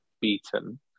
beaten